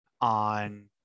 on